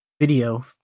video